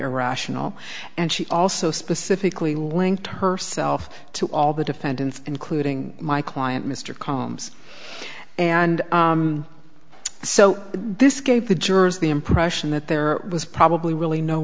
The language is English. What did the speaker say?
irrational and she also specifically linked herself to all the defendants including my client mr columns and so this gave the jurors the impression that there was probably really no